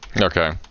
okay